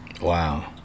Wow